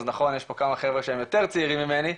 אז נכון יש פה כמה חברה שהם יותר צעירים ממני,